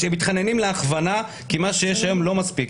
הם מתחננים להכוונה כי מה שיש היום לא מספיק.